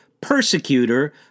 persecutor